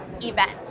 event